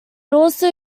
also